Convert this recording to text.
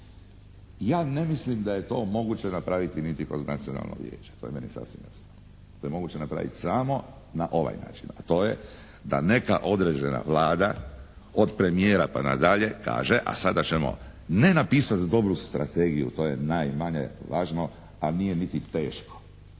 Ja ne mislim da je to moguće napraviti niti kroz Nacionalno vijeće to je meni sasvim jasno, to je moguće napraviti samo na ovaj način, a to je da neka određena Vlada od premijera pa nadalje kaže, a sada ćemo ne napisati dobru strategiju, to je najmanje važno, a nije niti teško.